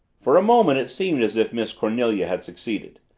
for a moment it seemed as if miss cornelia had succeeded.